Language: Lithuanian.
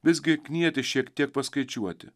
visgi knieti šiek tiek paskaičiuoti